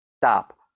stop